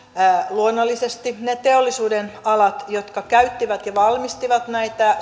luonnollisesti ne teollisuuden alat jotka käyttivät ja valmistivat näitä